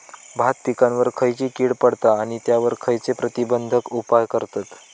भात पिकांवर खैयची कीड पडता आणि त्यावर खैयचे प्रतिबंधक उपाय करतत?